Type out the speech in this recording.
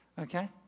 Okay